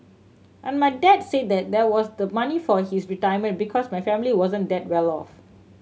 but my dad said that that was the money for his retirement because my family wasn't that well off